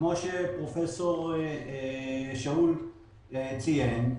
כמו שפרופ' שאול ציין,